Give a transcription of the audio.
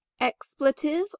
expletive